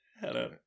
Hello